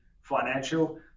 financial